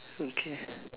okay